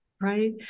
right